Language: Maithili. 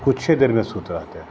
किछु देरमे सुति रहतै